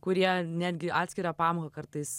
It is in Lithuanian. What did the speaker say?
kurie netgi atskirą pamoką kartais